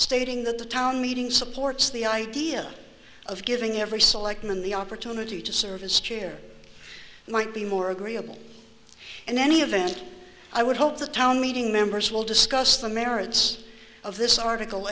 stating that the town meeting supports the idea of giving every selectman the opportunity to service chair might be more agreeable and any of them and i would hope the town meeting members will discuss the merits of this article